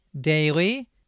Daily